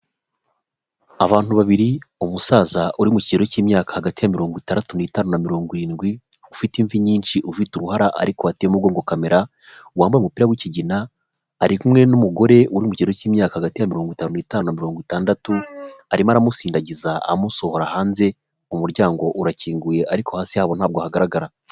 Abantu babiri umusaza uri mu kiro k'imyaka hagati ya mirongo itandatu n'tanu na mirongo irindwi; ufite imvi nyinshi, ufite uruhara ariko wateye umugongo kamera, wambaye umupira w'ikigina; ari kumwe n'umugore uri mu kigero k'imyaka hagati mirongo itanu n'tanu na mirongo itandatu, arimo aramusindagiza amusohora hanze, mu muryango urakinguye ariko hasi yabo ntabwo hagaragara.